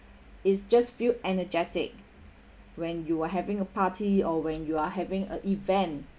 it's just feel energetic when you are having a party or when you are having a event